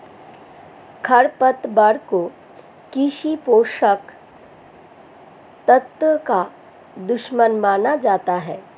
खरपतवार को कृषि पोषक तत्वों का दुश्मन माना जाता है